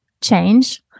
change